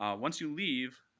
um once you leave,